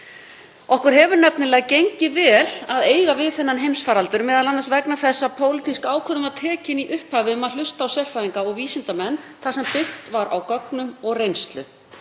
Okkur hefur nefnilega gengið vel að eiga við þennan heimsfaraldur, m.a. vegna þess að pólitísk ákvörðun var tekin í upphafi um að hlusta á sérfræðinga og vísindamenn þar sem byggt var á gögnum og reynslu.